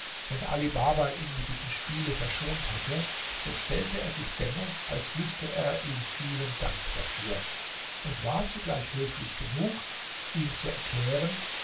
wenn ali baba ihn mit diesem spiele verschont hätte so stellte er sich dennoch als wüßte er ihm vielen dank dafür und war zugleich höflich genug ihm zu erklären